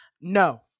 No